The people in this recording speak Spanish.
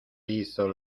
hizo